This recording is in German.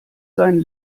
seinen